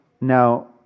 Now